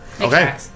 Okay